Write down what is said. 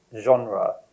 genre